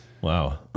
Wow